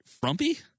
frumpy